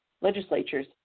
legislatures